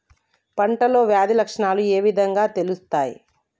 పంటలో వ్యాధి లక్షణాలు ఏ విధంగా తెలుస్తయి?